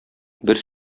бер